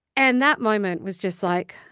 and that moment was just like,